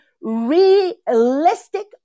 realistic